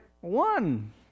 one